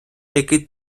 який